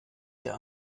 der